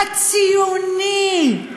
הציוני,